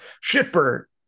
Shipper